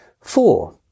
Four